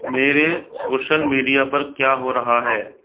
मेरे social media पर क्या हो रहा है